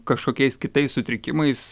kažkokiais kitais sutrikimais